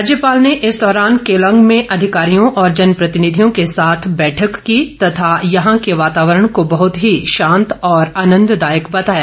राज्यपाल ने इस दौरान केलांग में अधिकारियों और जनप्रतिनिधियों के साथ बैठक की तथा यहां के वातावरण को बहृत ही शांत और आनंददायक बताया